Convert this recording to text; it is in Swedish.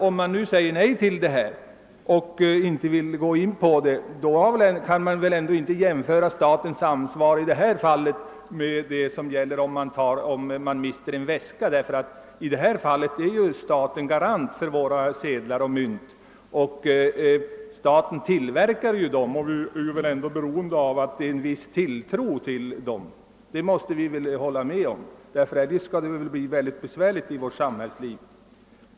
Om man nu säger nej till detta och inte vill gå in på det kan man väl inte jämföra statens ansvar i detta fall med vad som händer om man mister en väska, därför att i detta fall är staten garant för våra sedlar och mynt, Det är staten som tillverkar dem, och staten är väl ändå beroende av en viss tilltro till dem — det måste vi väl hålla med om, ty annars skulle det bli mycket besvärligt i vårt samhällsliv.